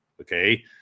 okay